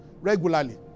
regularly